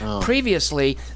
previously